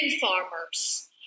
farmers